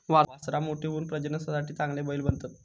वासरां मोठी होऊन प्रजननासाठी चांगले बैल बनतत